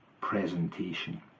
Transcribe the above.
presentation